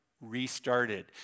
restarted